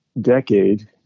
decade